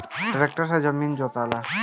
tractor से जमीन जोताला